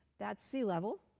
that sea level